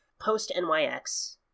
Post-NYX